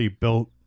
built